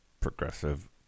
progressive